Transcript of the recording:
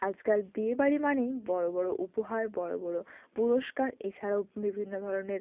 আজকাল বিয়েবাড়ি মানেই বড় বড় উপহার বড় বড় পুরষ্কার এছাড়াও বিভিন্ন ধরনের